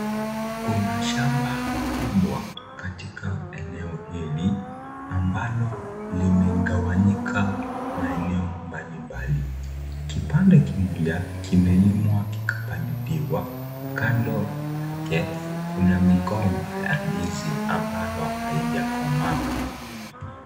Kuna shamba kubwa katika eneo hili, ambalo limegawanyika maeneo mbalimbali. Kipande kimoja, kimelimwa, kikapaliliwa, kando yake kuna migomba ya ndizi ambayo haijakomaa.